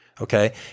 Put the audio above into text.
okay